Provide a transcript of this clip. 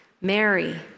mary